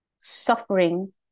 suffering